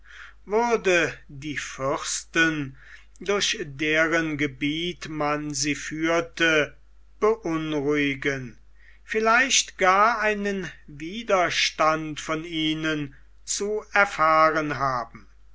würde die fürsten durch deren gebiet man sie führte beunruhigen vielleicht gar einen widerstand von ihnen zu erfahren haben